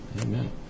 Amen